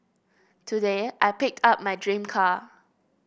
today I picked up my dream car